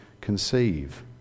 conceive